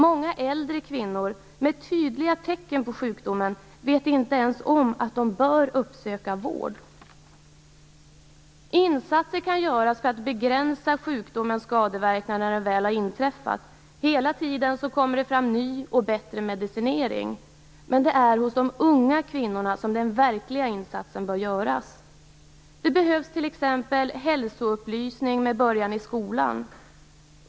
Många äldre kvinnor med tydliga tecken på sjukdomen vet inte ens om att de bör uppsöka vård. Insatser kan göras för att begränsa sjukdomens skadeverkningar när den väl har uppstått. Hela tiden kommer det fram ny och bättre medicin, men det är hos de unga kvinnorna som den verkliga insatsen bör göras. Det behövs t.ex. hälsoupplysning, med början i skolan.